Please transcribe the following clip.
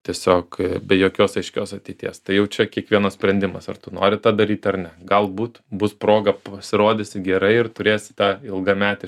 tiesiog be jokios aiškios ateities tai jau čia kiekvieno sprendimas ar tu nori tą daryti ar ne galbūt bus proga pasirodysi gerai ir turėsi tą ilgametį